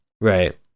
Right